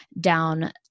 down